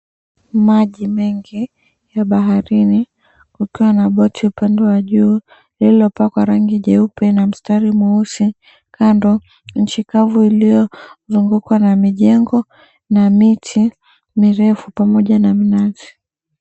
Maji mengi ya baharini ukiwa na boti upande wa juu lililopakwa rangi jeupe na mstari mweusi. Kando, nchi kavu ilio zungukwa na mijengo na miti mirefu pamoja na minazi.